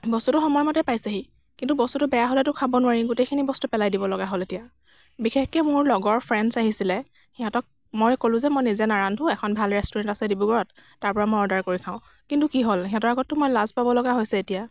বস্তুটো সময় মতে পাইছেহি কিন্তু বস্তুটো বেয়া হ'লেতো খাব নোৱাৰি গোটেইখিনি বস্তু পেলাই দিবলগা হ'ল এতিয়া বিশেষকৈ মোৰ লগৰ ফ্ৰেণ্ডছ আহিছিলে সিহঁতক মই ক'লো যে মই নিজে নাৰান্ধো এখন ভাল ৰেষ্টুৰেণ্ট আছে ডিব্ৰুগড়ত তাৰপৰা মই অৰ্ডাৰ কৰি খাওঁ কিন্তু কি হ'ল সিহঁতৰ আগততো মই লাজ পাবলগা হৈছে এতিয়া